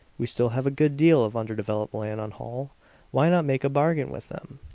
we still have a good deal of underdeveloped land on holl why not make a bargain with them?